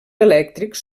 elèctrics